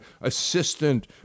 assistant